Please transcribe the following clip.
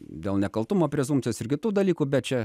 dėl nekaltumo prezumpcijos ir kitų dalykų bet čia